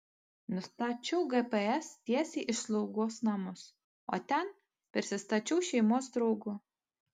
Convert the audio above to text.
nustačiau gps tiesiai į slaugos namus o ten prisistačiau šeimos draugu